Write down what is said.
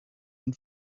und